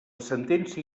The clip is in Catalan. sentència